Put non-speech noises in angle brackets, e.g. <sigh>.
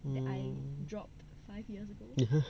mm <laughs>